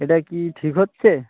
এটা কি ঠিক হচ্ছে